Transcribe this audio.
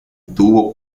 tuvo